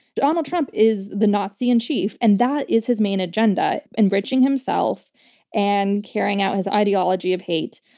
donald trump is the nazi-in-chief and that is his main agenda, enriching himself and carrying out his ideology of hate.